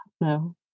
No